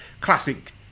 classic